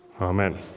Amen